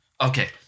Okay